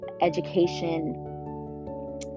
education